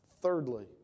Thirdly